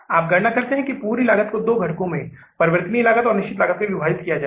आप गणना करते हैं कि पूरी लागत को दो घटकों में परिवर्तनीय लागत और निश्चित लागत में विभाजित किया जाए